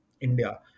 India